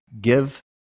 give